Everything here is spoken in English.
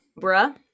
Bruh